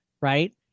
right